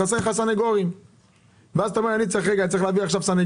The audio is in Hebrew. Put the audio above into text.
חסרים לך סניגורים ואתה אומר שאתה צריך להביא סניגורים.